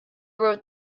wrote